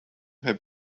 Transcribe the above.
had